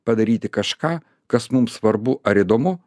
padaryti kažką kas mums svarbu ar įdomu